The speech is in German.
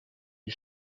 die